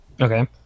Okay